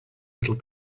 little